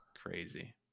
Crazy